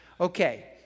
Okay